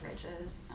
bridges